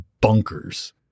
bunkers